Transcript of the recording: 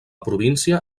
província